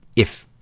if